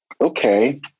okay